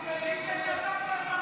מי --- שיהיה בשקט.